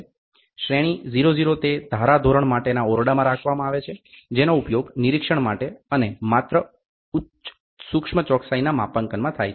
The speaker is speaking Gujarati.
શ્રેણી 00 તે ધારાધોરણ માટેના ઓરડામાં રાખવામાં આવે છે જેનો ઉપયોગ નિરીક્ષણ માટે અને માત્ર ઉચ્ચ સૂક્ષ્મ ચોકસાઈના માપાંકનમાં થાય છે